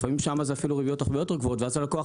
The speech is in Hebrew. לפעמים שם הריביות הן הרבה יותר גבוהות ואז הלקוח